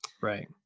right